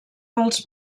pels